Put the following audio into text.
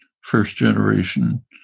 first-generation